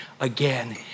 again